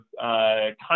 content